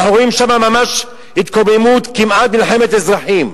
אנחנו רואים שם ממש התקוממות, כמעט מלחמת אזרחים.